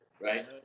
right